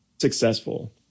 successful